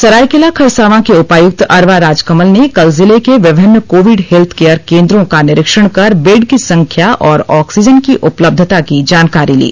सरायकेला खरसांवा के उपायुक्त अरवा राजकमल ने कल जिले के विभिन्न कोविड हेत्थकेयर केंद्रो का निरीक्षण कर बेड की संख्या और ऑक्सीजन की उपलब्धता की जानकारी ली